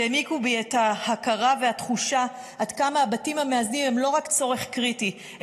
שהעמיקו בי את ההכרה והתחושה עד כמה הבתים המאזנים הם לא רק צורך קריטי,